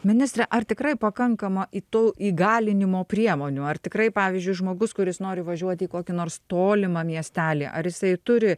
ministre ar tikrai pakankama į to įgalinimo priemonių ar tikrai pavyzdžiui žmogus kuris nori važiuot į kokį nors tolimą miestelį ar jisai turi